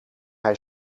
hij